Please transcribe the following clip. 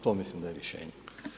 To mislim da je rješenje.